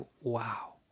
wow